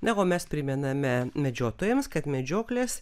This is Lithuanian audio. na o mes primename medžiotojams kad medžioklės